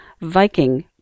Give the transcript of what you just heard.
Viking